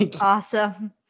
Awesome